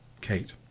Kate